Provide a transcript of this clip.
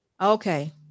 Okay